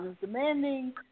demanding